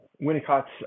winnicott's